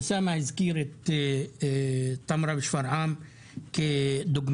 אוסאמה הזכיר את טמרה ושפרעם כדוגמה,